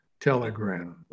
Telegram